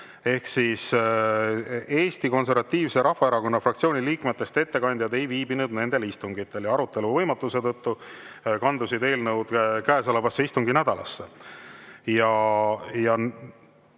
Ehk siis Eesti Konservatiivse Rahvaerakonna fraktsiooni liikmetest ettekandjad ei viibinud nendel istungitel ja arutelu võimatuse tõttu kandusid eelnõud käesolevasse istunginädalasse.